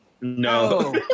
No